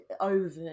over